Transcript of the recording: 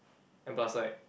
and plus like